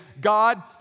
God